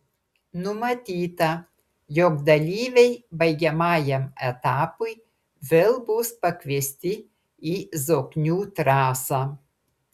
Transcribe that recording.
numatyta jog dalyviai baigiamajam etapui vėl bus pakviesti į zoknių trasą